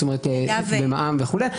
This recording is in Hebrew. זאת אומרת, במע"מ וכו'.